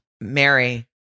Mary